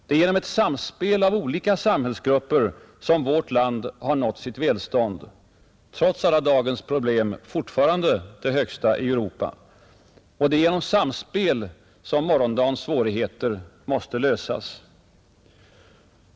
Det är genom ett samspel av olika samhällsgrupper som vårt land nått sitt välstånd — trots alla dagens problem fortfarande det högsta i Europa. Och det är genom samspel som morgondagens svårigheter måste lösas.